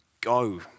go